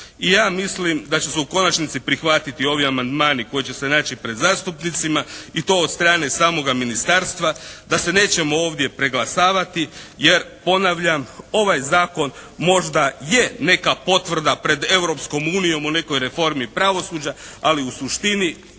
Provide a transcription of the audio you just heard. I ja mislim da će se u konačnici prihvatiti ovi amandmani koji će se naći pred zastupnicima i to od strane samoga Ministarstva. Da se nećemo ovdje preglasavati jer ponavljam ovaj Zakon možda je neka potvrda pred Europskom unijom o nekoj reformi pravosuđa ali u suštini